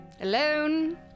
alone